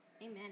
Amen